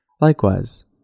Likewise